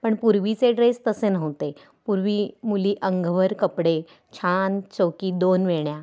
पण पूर्वीचे ड्रेस तसे नव्हते पूर्वी मुली अंगभर कपडे छान चौकी दोन वेण्या